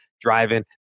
driving